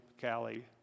Callie